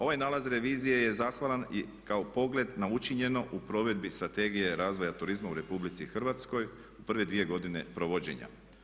Ovaj nalaz revizije je zahvalan kao pogled na učinjeno u provedbi Strategije razvoja turizma u RH u prve dvije godine provođenja.